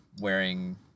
wearing